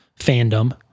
fandom